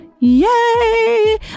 yay